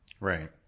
Right